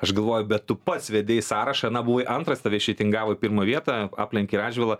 aš galvoju bet tu pats vedei sąrašą na buvai antras tave išreitingavo į pirmą vietą aplenkei radžvilą